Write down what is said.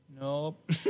Nope